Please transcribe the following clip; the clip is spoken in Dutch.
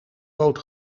poot